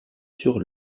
sur